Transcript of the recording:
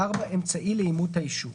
אמצעי לאימות האישור."